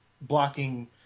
blocking